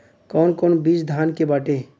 कौन कौन बिज धान के बाटे?